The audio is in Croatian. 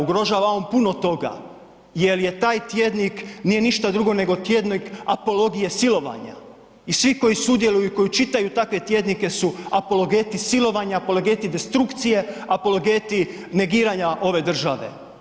Ugrožava on puno toga jel je taj tjednik, nije ništa drugo nego tjednik apologije silovanja i svi koji sudjeluju i koji čitaju takve tjednike apologeti silovanja, apologeti destrukcije, apologeti negiranja ove države.